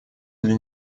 для